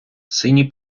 синій